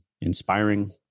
inspiring